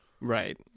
right